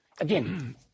again